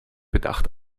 bedacht